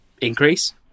increase